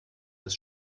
bis